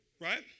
Right